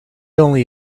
only